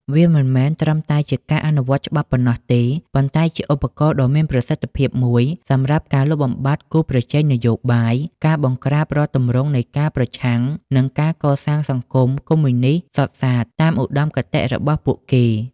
វាមិនមែនត្រឹមតែជាការអនុវត្តច្បាប់ប៉ុណ្ណោះទេ ប៉ុន្តែជាឧបករណ៍ដ៏មានប្រសិទ្ធភាពមួយសម្រាប់ការលុបបំបាត់គូប្រជែងនយោបាយ ការបង្ក្រាបរាល់ទម្រង់នៃការប្រឆាំង និងការកសាងសង្គមកុម្មុយនិស្តសុទ្ធសាធតាមឧត្តមគតិរបស់ពួកគេ។